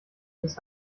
ist